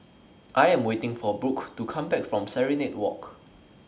I Am waiting For Brook to Come Back from Serenade Walk